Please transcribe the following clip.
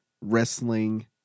wrestling